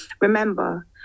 remember